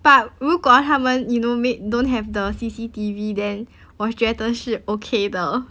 but 如果他们 you know make don't have the C_C_T_V then 我觉得是 okay 的